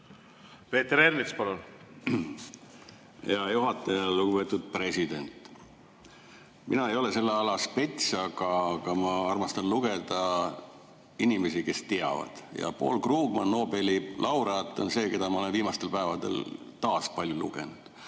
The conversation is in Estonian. Peeter Ernits, palun! Hea juhataja! Lugupeetud president! Mina ei ole selle ala spets, aga ma armastan lugeda nende inimeste kirjutisi, kes teavad. Ja Paul Krugman, Nobeli laureaat on see, keda ma olen viimastel päevadel taas palju lugenud.